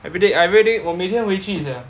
everyday I everyday 我每天回去 sia